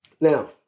Now